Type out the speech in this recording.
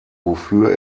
wofür